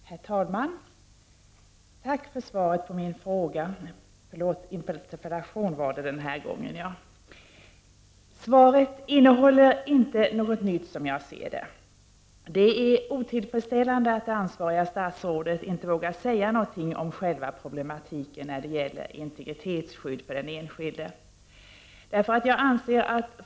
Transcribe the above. Herr talman! Tack för svaret på min interpellation. Som jag ser det innehåller svaret inte något nytt. Det är otillfredsställande att det ansvariga statsrådet inte vågar säga något om själva problematiken när det gäller integritetsskydd för den enskilde.